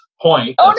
point